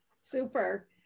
Super